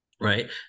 Right